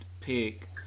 pick